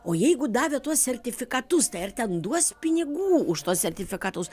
o jeigu davė tuos sertifikatus tai ar ten duos pinigų už tuos sertifikatus